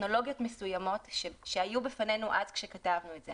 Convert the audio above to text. לטכנולוגיות מסוימות שהיו בפנינו אז כשכתבנו את זה,